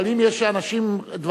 אבל אם יש לאנשים דברים,